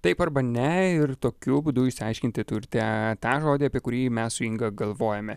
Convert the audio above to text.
taip arba ne ir tokiu būdu išsiaiškinti turite tą žodį apie kurį mes su inga galvojame